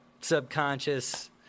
subconscious